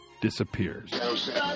disappears